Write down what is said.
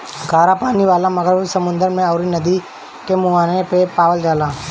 खरा पानी वाला मगरमच्छ समुंदर अउरी नदी के मुहाने पे पावल जाला